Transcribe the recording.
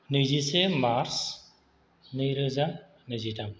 नैजिसे मार्च नैरोजा नैजिथाम